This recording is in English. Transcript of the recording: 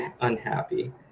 unhappy